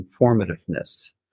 informativeness